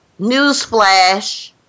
Newsflash